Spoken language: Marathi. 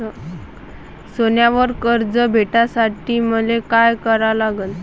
सोन्यावर कर्ज भेटासाठी मले का करा लागन?